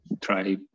try